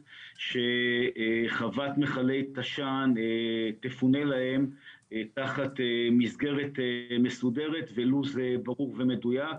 שחוות מכלי תש”ן תפונה להם תחת מסגרת מסודרת ולוח זמנים ברור ומדויק.